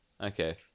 okay